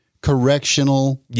correctional